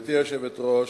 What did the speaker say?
גברתי היושבת-ראש,